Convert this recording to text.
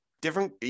different